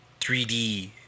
3D